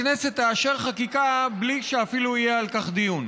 הכנסת תאשר חקיקה בלי שאפילו יהיה על כך דיון.